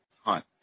Hunt